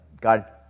God